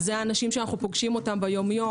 זה האנשים שאנחנו פוגשים אותם ביום-יום,